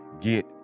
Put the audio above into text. Get